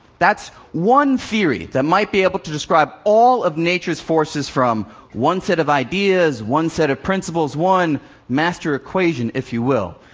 that's one theory that might be able to describe all of nature's forces from one set of ideas, one set of principles, one master equation, if you will.